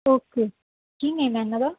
okay ਕੀ name ਆ ਇਹਨਾਂ ਦਾ